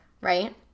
right